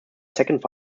second